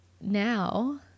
now